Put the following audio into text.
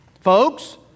Folks